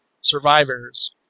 survivors